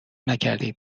نکردید